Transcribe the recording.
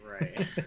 Right